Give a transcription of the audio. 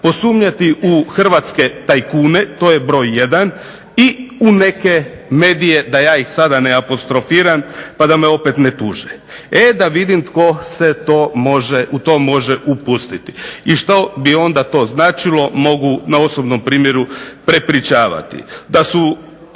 posumnjati u hrvatske tajkune, to je broj 1., i u neke medije da ja ih sada ne apostrofiram pa da me opet ne tuže. E, da vidim tko se to može upustiti. I što bi onda to značilo mogu na osobnom primjeru prepričavati. Da su